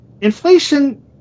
Inflation